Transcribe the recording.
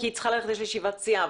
היא צריכה ללכת לישיבת סיעה.